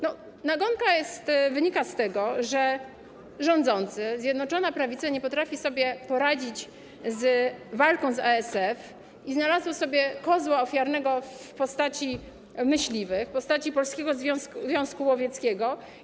Nagonka wynika z tego, że rządzący, Zjednoczona Prawica nie potrafi sobie poradzić z walką z ASF i znalazła sobie kozła ofiarnego w postaci myśliwych, w postaci Polskiego Związku Łowieckiego.